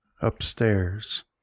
upstairs